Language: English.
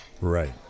right